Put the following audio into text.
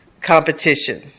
competition